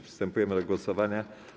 Przystępujemy do głosowania.